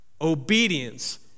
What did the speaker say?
Obedience